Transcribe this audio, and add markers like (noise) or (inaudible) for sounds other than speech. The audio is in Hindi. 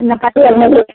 ना कटे (unintelligible)